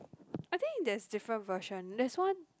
I think there's different version that's one